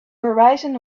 horizon